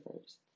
first